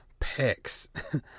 pecs